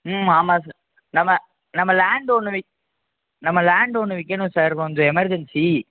ம் ஆமாம் சார் நம்ம நம்ம லேண்ட் ஒன்று விக் நம்ம லேண்ட் ஒன்று விற்கணும் சார் கொஞ்சம் எமர்ஜென்சி